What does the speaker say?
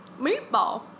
Meatball